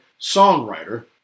songwriter